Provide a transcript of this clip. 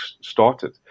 started